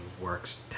Works